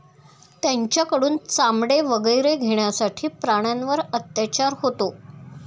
त्यांच्याकडून चामडे वगैरे घेण्यासाठी प्राण्यांवर अत्याचार होतो